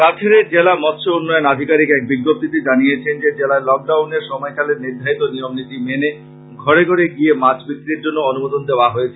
কাছাড়ের জেলা মৎস্য উন্নয়ন আধিকারীক এক বিজ্ঞপ্তীতে জানিয়েছেন যে জেলায় লক ডাউনের সময়কালে নির্ধারিত নিয়ম নীতি মেনে ঘরে গরে গিয়ে মাছ বিক্রির জন্য অনুমোদন দেওয়া হয়েছে